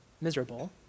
miserable